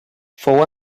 fou